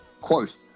Quote